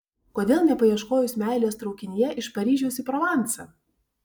kodėl nepaieškojus meilės traukinyje iš paryžiaus į provansą